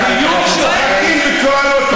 חיוך מוחקים בצורה לא טובה.